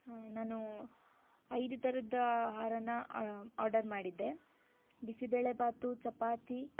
ಹಾಂ ನಾನು ಐದು ಥರದ್ದು ಆಹಾರನ ಆರ್ಡರ್ ಮಾಡಿದ್ದೆ ಬಿಸಿಬೇಳೆ ಬಾತ್ ಚಪಾತಿ